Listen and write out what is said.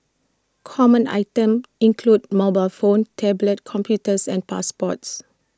common items include mobile phones tablet computers and passports